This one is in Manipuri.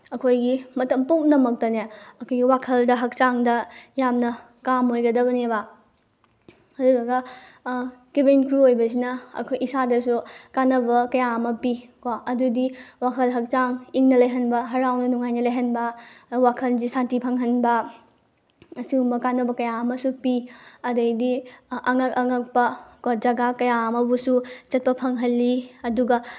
ꯑꯩꯈꯣꯏꯒꯤ ꯃꯇꯝ ꯄꯨꯝꯅꯃꯛꯇꯅꯦ ꯑꯩꯈꯣꯏꯒꯤ ꯋꯥꯈꯜꯗ ꯍꯛꯆꯥꯡꯗ ꯌꯥꯝꯅ ꯀꯥꯝ ꯑꯣꯏꯒꯗꯕꯅꯦꯕ ꯑꯗꯨꯗꯨꯒ ꯀꯦꯕꯤꯟ ꯀ꯭ꯔꯨ ꯑꯣꯏꯕꯁꯤꯅ ꯑꯩꯈꯣꯏ ꯏꯁꯥꯗꯁꯨ ꯀꯥꯅꯕ ꯀꯌꯥ ꯑꯃ ꯄꯤꯀꯣ ꯑꯗꯨꯗꯤ ꯋꯥꯈꯜ ꯍꯛꯆꯥꯡ ꯏꯪꯅ ꯂꯩꯍꯟꯕ ꯍꯔꯥꯎꯅ ꯅꯨꯡꯉꯥꯏꯅ ꯂꯩꯍꯟꯕ ꯑꯗꯨꯒ ꯋꯥꯈꯜꯁꯤ ꯁꯥꯟꯇꯤ ꯐꯪꯍꯟꯕ ꯑꯁꯤꯒꯨꯝꯕ ꯀꯥꯅꯕ ꯀꯌꯥ ꯑꯃꯁꯨ ꯄꯤ ꯑꯗꯩꯗꯤ ꯑꯉꯛ ꯑꯉꯛꯄꯀꯣ ꯖꯒꯥ ꯀꯌꯥ ꯑꯃꯕꯨꯁꯨ ꯆꯠꯄ ꯐꯪꯍꯜꯂꯤ ꯑꯗꯨꯒ